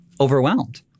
overwhelmed